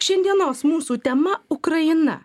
šiandienos mūsų tema ukraina